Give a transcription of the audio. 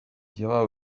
diras